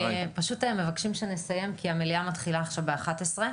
הם מבקשים שנסיים כי המליאה מתחילה ב-11:00.